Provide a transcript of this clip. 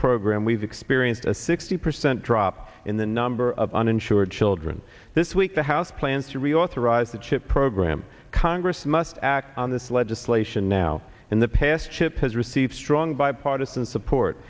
program we've experienced a sixty percent drop in the number of uninsured children this week the house plans to reauthorize the chip program congress must act on this legislation now in the past chip has received strong bipartisan support